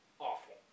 awful